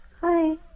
Hi